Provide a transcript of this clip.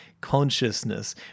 consciousness